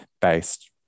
based